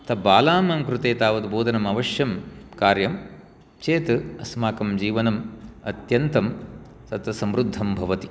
तद्बालानां कृते तावत् बोधनम् अवश्यं कार्यं चेत् अस्माकं जीवनम् अत्यन्तं सत्त्वसमृद्धं भवति